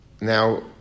Now